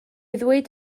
ddweud